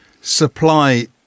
supply